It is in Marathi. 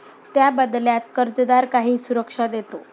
त्या बदल्यात कर्जदार काही सुरक्षा देतो